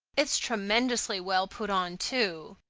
it's tremendously well put on, too.